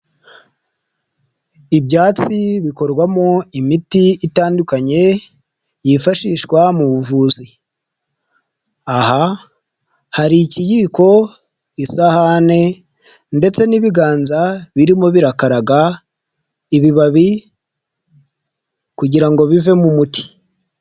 Ibyatsi bikorwamo imiti itandukanye yifashishwa mu buvuzi aha hari ikiyiko, isahane ndetse n'ibiganza birimo birakaraga ibibabi kugira ngo bivemo umuti.